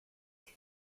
roch